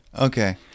okay